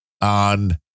on